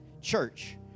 church